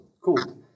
Cool